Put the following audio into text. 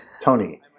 tony